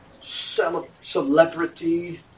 celebrity